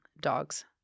dogs